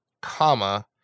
comma